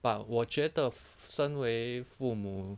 but 我觉得身为父母